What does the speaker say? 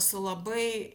su labai